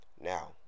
Now